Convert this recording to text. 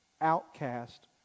outcast